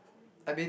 I mean